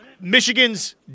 Michigan's